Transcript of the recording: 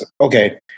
Okay